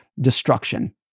destruction